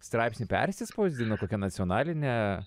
straipsnį persispausdino kokia nacionalinė